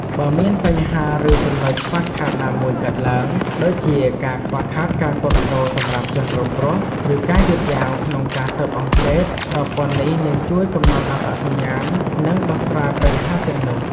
បើមានបញ្ហាឬចំណុចខ្វះខាតណាមួយកើតឡើង ដូចជាការខ្វះខាតការគាំទ្រសម្រាប់ជនរងគ្រោះ ឬការយឺតយ៉ាវក្នុងការស៊ើបអង្កេត ប្រព័ន្ធនេះនឹងជួយកំណត់អត្តសញ្ញាណ និងដោះស្រាយបញ្ហាទាំងនោះ។